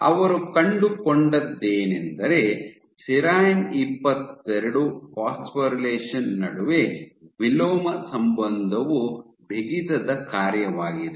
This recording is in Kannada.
ಅವರು ಕಂಡುಕೊಂಡದ್ದೇನೆಂದರೆ ಸೆರೈನ್ ಇಪ್ಪತ್ತೆರಡು ಫಾಸ್ಫೊರಿಲೇಷನ್ ನಡುವೆ ವಿಲೋಮ ಸಂಬಂಧವು ಬಿಗಿತದ ಕಾರ್ಯವಾಗಿದೆ